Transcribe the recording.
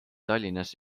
tallinnas